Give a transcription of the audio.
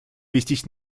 вестись